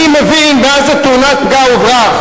אני מבין מה זו תאונת פגע וברח,